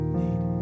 need